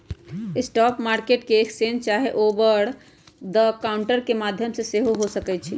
spot market exchange चाहे over the counter के माध्यम से हो सकइ छइ